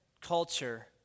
culture